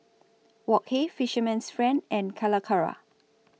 Wok Hey Fisherman's Friend and Calacara